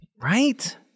right